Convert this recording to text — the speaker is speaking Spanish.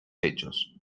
hechos